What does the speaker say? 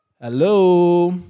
Hello